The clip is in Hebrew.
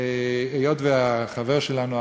היות שהחבר שלנו,